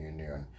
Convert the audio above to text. Union